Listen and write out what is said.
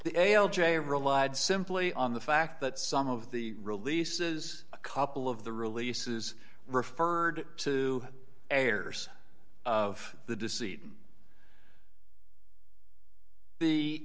the a l j relied simply on the fact that some of the releases a couple of the releases referred to heirs of the deceit and the